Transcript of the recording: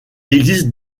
existe